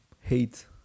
hate